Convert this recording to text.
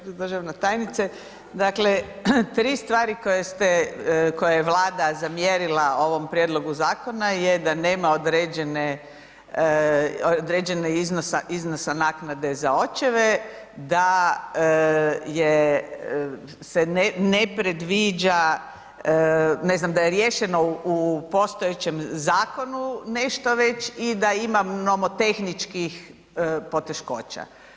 Državna tajnice, dakle tri stvari koje je Vlada zamjerila ovom prijedlogu zakona je da nema određenih iznosa naknade za očeve, da se ne predviđa, ne znam, da je riješeno u postojećem zakonu nešto već i da ima nomotehničkim poteškoća.